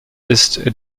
ist